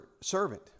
servant